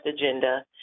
agenda